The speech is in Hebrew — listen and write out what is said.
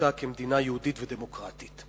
במהותה כמדינה יהודית ודמוקרטית.